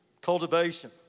cultivation